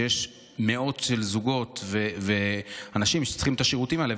שיש מאות של זוגות ואנשים שצריכים את השירותים האלה,